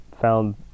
found